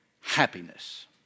happiness